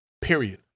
Period